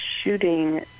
shooting